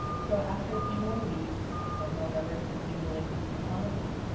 so after a few more weeks of my numbers continually declining,